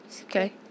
Okay